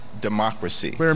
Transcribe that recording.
democracy